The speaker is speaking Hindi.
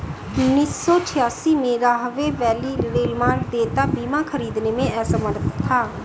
उन्नीस सौ छियासी में, राहवे वैली रेलमार्ग देयता बीमा खरीदने में असमर्थ था